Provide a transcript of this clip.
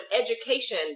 education